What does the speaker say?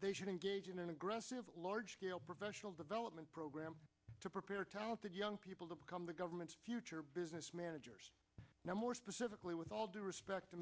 they should engage in an aggressive large scale professional development program to prepare talented young people to become the government future business managers now more specifically with all due respect